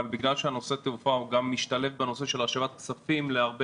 אבל בגלל שנושא התעופה משתלב גם בנושא של השבת כספים להרבה